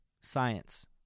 science